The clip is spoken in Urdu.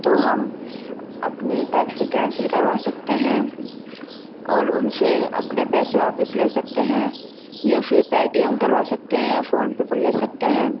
تو ہم اپنی ٹیکسی کینسل کروا سکتے ہیں اور ان سے اپنے پیسے واپس لے سکتے ہیں یا پھر پے ٹی ایم کروا سکتے ہیں یا فون پے پر لے سکتے ہیں